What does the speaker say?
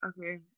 Okay